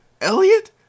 Elliot